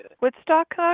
Woodstock